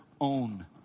own